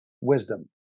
wisdom